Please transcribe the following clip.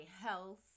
health